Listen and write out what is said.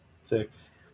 six